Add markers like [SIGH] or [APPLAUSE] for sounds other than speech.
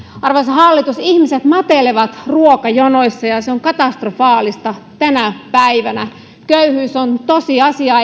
arvoisa hallitus ihmiset matelevat ruokajonoissa ja ja se on katastrofaalista tänä päivänä köyhyys on tosiasia [UNINTELLIGIBLE]